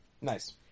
Nice